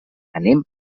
anem